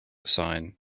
sign